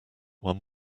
won